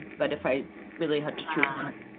but if i really had to choose one.